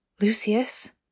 Lucius